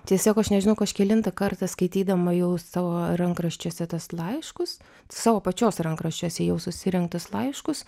tiesiog aš nežinau kažkelintą kartą skaitydama jau savo rankraščiuose tuos laiškus savo pačios rankraščiuose jau susirinktus laiškus